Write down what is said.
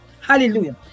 Hallelujah